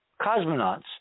cosmonauts